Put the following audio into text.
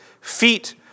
feet